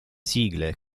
sigle